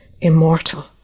immortal